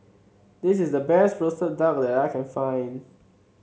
this is the best roasted duck that I can find